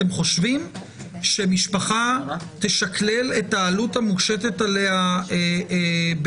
אתם חושבים שמשפחה תשקלל את העלות המושתת עליה לחופשת